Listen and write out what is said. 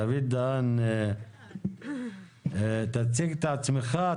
דוד דהן, תציג את עצמך.